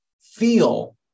feel